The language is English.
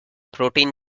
protein